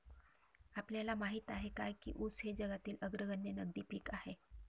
आपल्याला माहित आहे काय की ऊस हे जगातील अग्रगण्य नगदी पीक आहे?